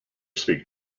speak